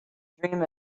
dream